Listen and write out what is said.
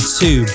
two